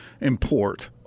import